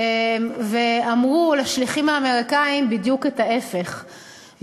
ואמרו לשליחים האמריקנים בדיוק את ההפך: